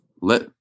let